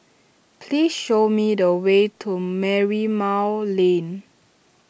please show me the way to Merlimau Lane